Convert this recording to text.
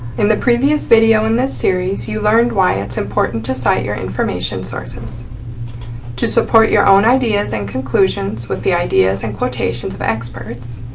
in the previous video in this series you learned why it's important to cite your information sources to support your own ideas and conclusions with the ideas and quotations of experts,